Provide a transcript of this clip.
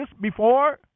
before